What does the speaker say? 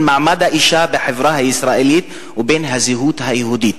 מעמד האשה בחברה הישראלית ובין הזהות היהודית.